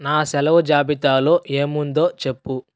నా సెలవు జాబితాలో ఏమి ఉందో చెప్పు